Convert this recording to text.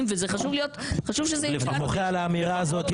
וחשוב שזה --- אני מוחה על האמירה הזאת,